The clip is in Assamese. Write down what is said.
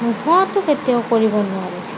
নোহোৱাতো কেতিয়াও কৰিব নোৱাৰে